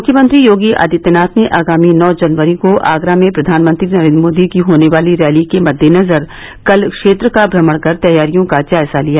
मुख्यमंत्री योगी आदित्यनाथ ने आगामी नौ जनवरी को आगरा में प्रधानमंत्री नरेन्द्र मोदी की होने वाली रैली के मददेनजर कल क्षेत्र का भ्रमण कर तैयारियों का जायजा लिया